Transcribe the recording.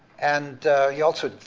and he also,